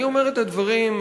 אני אומר את הדברים,